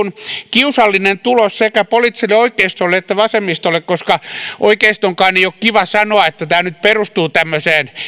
kiusallinen tulos sekä poliittiselle oikeistolle että vasemmistolle koska oikeistonkaan ei ole kiva sanoa että tämä meidän politiikka nyt perustuu tämmöiseen